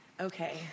Okay